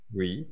Oui